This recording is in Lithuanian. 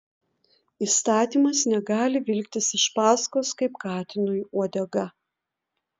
įstatymas negali vilktis iš paskos kaip katinui uodega